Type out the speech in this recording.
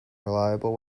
reliable